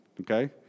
okay